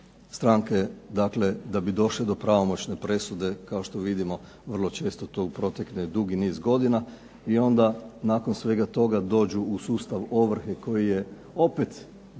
stranke dakle da bi došle do pravomoćne presude kao što vidimo vrlo često tu protekne dugi niz godina i onda nakon svega toga dođu u sustav ovrhe koji je opet jednako